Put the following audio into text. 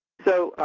so,